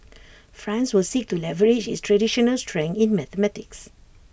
France were seek to leverage its traditional strength in mathematics